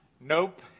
Nope